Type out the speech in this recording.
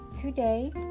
Today